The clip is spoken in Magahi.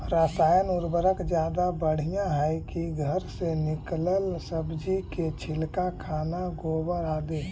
रासायन उर्वरक ज्यादा बढ़िया हैं कि घर से निकलल सब्जी के छिलका, खाना, गोबर, आदि?